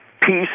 peace